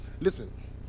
listen